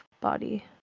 body